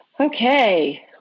Okay